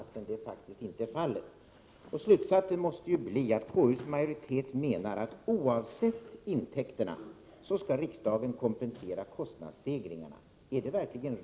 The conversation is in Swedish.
Så är faktiskt inte fallet. Slutsatsen måste bli att konstitutionsutskottets majoritet menar att riksdagen skall kompensera kostnadsstegringarna oavsett intäkternas storlek.